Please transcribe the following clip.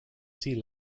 sea